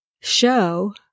show